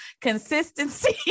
consistency